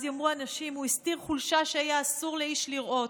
אז יאמרו אנשים: הוא הסתיר חולשה שהיה אסור לאיש לראות,